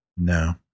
No